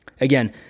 again